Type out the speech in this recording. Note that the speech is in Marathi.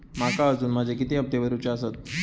माका अजून माझे किती हप्ते भरूचे आसत?